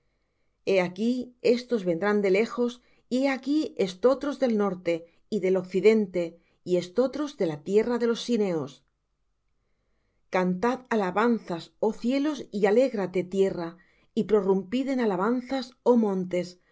aquí estos vendrán de lejos y he aquí estotros del norte y del occidente y estotros de la tierra de los sineos cantad alabanzas oh cielos y alégrate tierra y prorrumpid en alabanzas oh montes